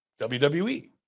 WWE